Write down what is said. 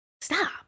stop